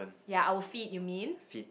ya our feet you mean